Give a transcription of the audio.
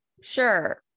sure